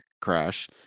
crash